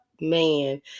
man